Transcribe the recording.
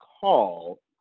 call